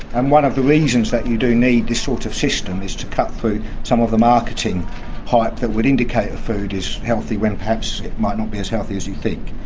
and one of the reasons that you do need this sort of system is to cut through some of the marketing hype that would indicate a food is healthy when perhaps it might not be as healthy as you think.